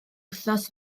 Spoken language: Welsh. wythnos